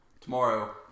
tomorrow